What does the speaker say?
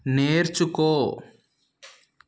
నేర్చుకో